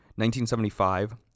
1975